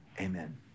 amen